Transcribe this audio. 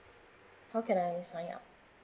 how can I sign up